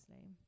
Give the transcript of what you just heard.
name